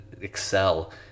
excel